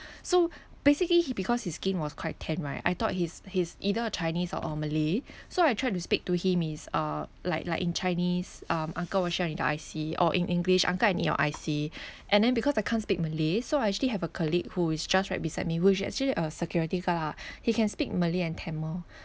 so basically he because his skin was quite tan right I thought he's he's either a chinese or a malay so I tried to speak to him is uh like like in chinese um uncle I_C or in english uncle I need your I_C and then because I can't speak malay so I actually have a colleague who is just right beside me who is actually a security guard lah he can speak malay and tamil